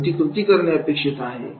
कोणती कृती करणे अपेक्षित आहे